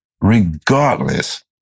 regardless